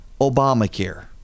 obamacare